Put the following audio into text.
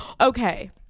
Okay